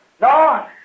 No